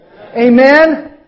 Amen